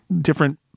different